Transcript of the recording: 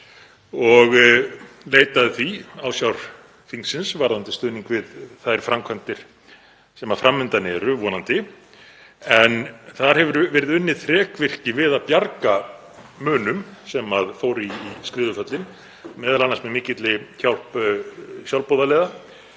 var leitað ásjár þingsins varðandi stuðning við þær framkvæmdir sem fram undan eru, vonandi, en þar hefur verið unnið þrekvirki við að bjarga munum sem fóru í skriðuföllin, m.a. með mikilli hjálp sjálfboðaliða.